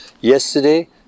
Yesterday